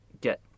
get